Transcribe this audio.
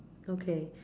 okay